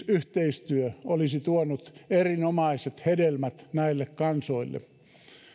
yhteistyö olisi tuonut erinomaiset hedelmät näille kansoille